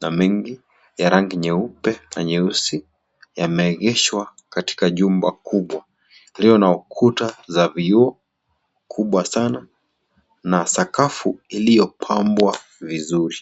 na mengi ya rangi nyeupe na nyeusi yameegeshwa katika jumba kubwa lililo na ukuta wa vioo kubwa sana na sakafu iliyo pambwa vizuri.